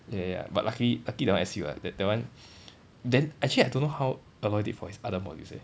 ya ya but luckily luckily that one S_U ah that that one then actually I don't know how aloy did for his other modules eh